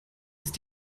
ist